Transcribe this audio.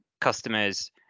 customers